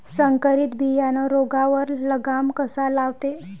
संकरीत बियानं रोगावर लगाम कसा लावते?